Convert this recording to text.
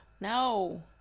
No